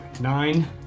Nine